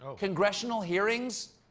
congressional hearings?